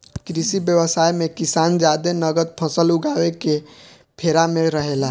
कृषि व्यवसाय मे किसान जादे नगद फसल उगावे के फेरा में रहेला